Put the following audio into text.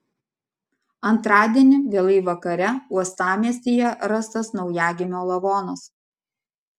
antradienį vėlai vakare uostamiestyje rastas naujagimio lavonas